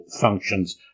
functions